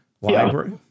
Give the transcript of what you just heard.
Library